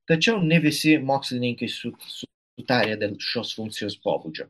tačiau ne visi mokslininkai sutarę dėl šios funkcijos pobūdžio